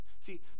See